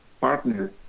partner